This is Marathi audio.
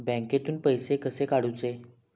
बँकेतून पैसे कसे काढूचे?